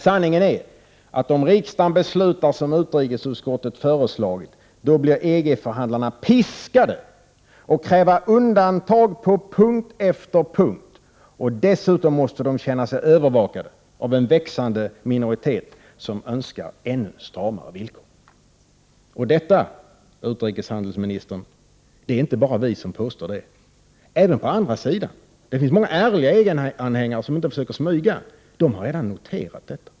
Sanningen är ju, att om riksdagen beslutar som utrikesutskottet har föreslagit, då blir EG-förhandlarna piskade att kräva undantag på punkt efter punkt. Dessutom måste de känna sig övervakade av en växande minoritet, som önskar ännu stramare villkor. Detta, utrikeshandelsministern, är det inte bara vi som påstår, utan det gör man även på andra sidan. Det finns många ärliga EG-anhängare som inte försöker smyga; de har redan noterat detta.